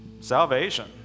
salvation